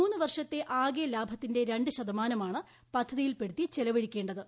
മുന്നു വർഷത്തെ ആകെ ലാഭത്തിന്റെ രണ്ട് ശതമാനമാണ് പദ്ധതിയിൽപ്പെടുത്തി ചെലവഴിക്കേണ്ടത്